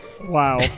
Wow